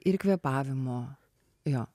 ir kvėpavimo jo